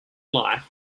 life